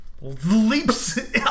leaps